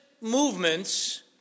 movements